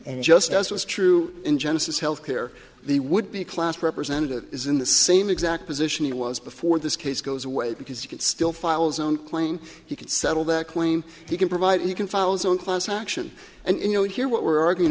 and just as was true in genesis health care the would be class representative is in the same exact position he was before this case goes away because you can still file zone claim he can settle that claim he can provide you can files on class action and you'll hear what we're arguing